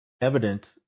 evident